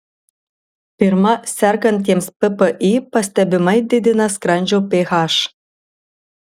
pirma sergantiems ppi pastebimai didina skrandžio ph